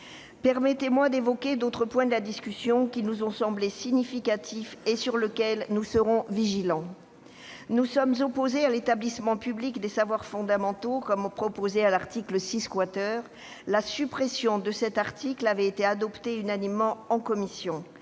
Permettez-moi d'évoquer d'autres points de la discussion qui nous ont semblé significatifs et sur lesquels nous serons vigilants. Nous sommes opposés aux établissements publics locaux d'enseignement des savoirs fondamentaux proposés à l'article 6 . La suppression de cet article avait été adoptée unanimement en commission,